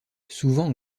souvent